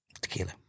Tequila